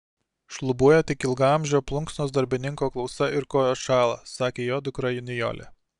šlubuoja tik ilgaamžio plunksnos darbininko klausa ir kojos šąla sakė jo dukra nijolė